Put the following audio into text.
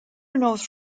north